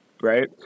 right